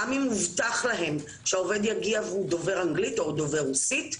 גם אם הובטח להם שהעובד יגיע והוא דובר אנגלית או דובר רוסית,